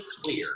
clear